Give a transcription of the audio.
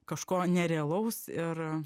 kažko nerealaus ir